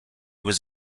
was